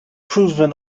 proven